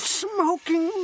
smoking